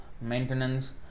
maintenance